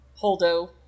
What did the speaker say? holdo